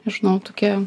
žinau tokia